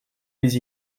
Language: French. les